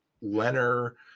leonard